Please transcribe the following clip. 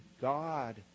God